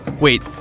Wait